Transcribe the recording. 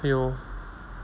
!aiyo!